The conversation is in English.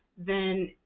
then,